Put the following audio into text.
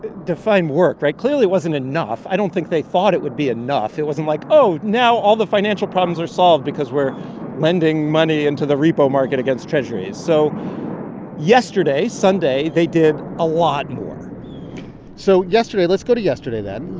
define work, right? clearly, it wasn't enough. i don't think they thought it would be enough. it wasn't like, oh, now all the financial problems are solved because we're lending money into the repo market against treasurys. so yesterday, sunday, they did a lot more so yesterday let's go to yesterday, then.